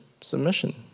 submission